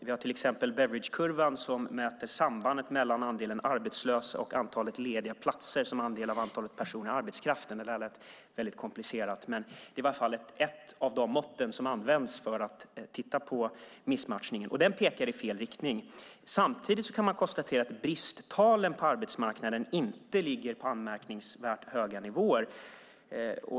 Vi har till exempel Beveridgekurvan som mäter sambandet mellan andelen arbetslösa och antalet lediga platser som andel av antalet personer i arbetskraften. Det där lät väldigt komplicerat, men det är i varje fall ett av de mått som används för att titta på missmatchningen. Den kurvan pekar i fel riktning, men samtidigt kan man konstatera att bristtalen på arbetsmarknaden inte ligger på anmärkningsvärt höga nivåer.